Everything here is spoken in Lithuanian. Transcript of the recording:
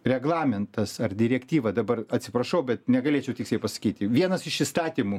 reglamentas ar direktyva dabar atsiprašau bet negalėčiau tiksliai pasakyti vienas iš įstatymų